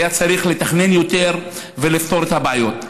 היה צריך לתכנן יותר ולפתור את הבעיות.